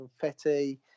confetti